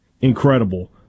incredible